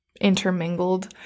intermingled